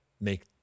make